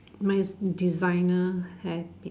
mine is designer hair pin